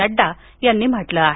नड्डा यांनी म्हटलं आहे